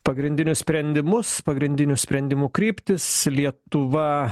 pagrindinius sprendimus pagrindinių sprendimų kryptis lietuva